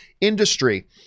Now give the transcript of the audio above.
industry